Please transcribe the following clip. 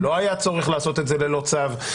ולא היה צורך לעשות את זה ללא צו.